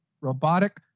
robotic